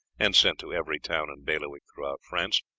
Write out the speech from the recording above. and sent to every town and bailiwick through france,